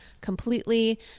completely